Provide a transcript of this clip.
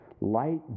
light